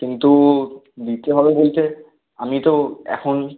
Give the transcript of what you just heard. কিন্তু দিতে হবে বলতে আমি তো এখন